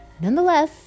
nonetheless